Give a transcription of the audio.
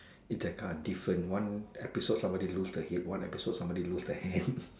it's that kind of different one episode somebody lose their head one episode somebody lose their hand